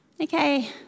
Okay